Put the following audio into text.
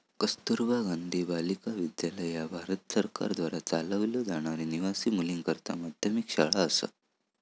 कस्तुरबा गांधी बालिका विद्यालय ह्या भारत सरकारद्वारा चालवलो जाणारी निवासी मुलींकरता माध्यमिक शाळा असा